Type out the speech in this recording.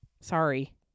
Sorry